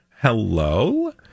Hello